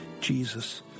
Jesus